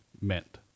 meant